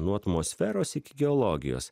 nuo atmosferos iki geologijos